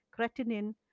creatinine